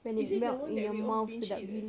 is it the one that we binge eat eh